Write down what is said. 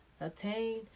obtain